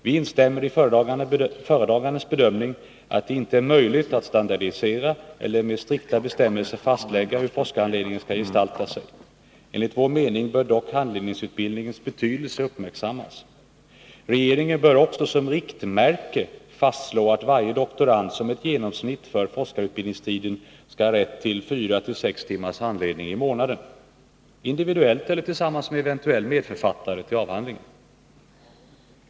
Vi instämmer i föredragandens bedömning att det inte är möjligt att standardisera eller med strikta bestämmelser fastlägga hur forskarhandledningen skall gestalta sig. Enligt vår mening bör dock handledningsutbildningens betydelse uppmärksammas. Regeringen bör också som riktmärke fastslå att varje doktorand som ett genomsnitt för forskarutbildningstiden skall ha rätt till 4-6 timmars handledning i månaden — individuellt eller tillsammans med eventuell medförfattare till avhandlingen.